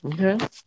Okay